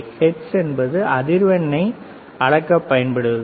hertz என்பது அதிர்வெண்ணை அளக்கப் பயன்படுவது